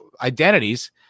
identities